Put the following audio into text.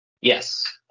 Yes